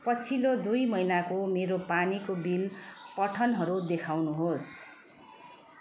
पछिल्लो दुई महिनाको मेरो पानीको बिल पठनहरू देखाउनुहोस्